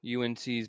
UNC's